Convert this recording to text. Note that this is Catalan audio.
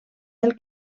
del